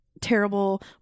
terrible